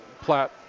Platt